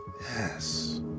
Yes